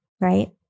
Right